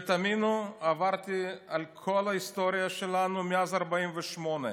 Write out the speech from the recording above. ותאמינו, עברתי על כל ההיסטוריה שלנו מאז 48'